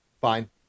Fine